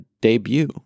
debut